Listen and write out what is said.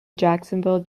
jacksonville